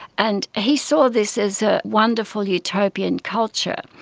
and he saw this as a wonderful utopian culture.